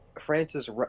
francis